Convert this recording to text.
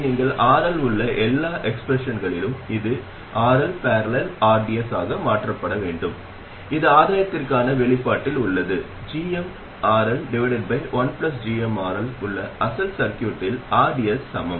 அடிப்படையில் இந்த io ஆனது RD மற்றும் RL ஆகியவற்றின் இணையான கலவையில் செல்கிறது மேலும் அதன் துருவமுனைப்பு காரணமாக நாம் எதிர்மறையான அடையாளத்தைப் பெறுகிறோம்